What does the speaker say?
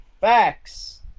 Facts